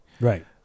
right